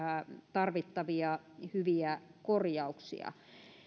tarvittavia hyviä korjauksia